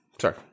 sorry